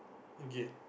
again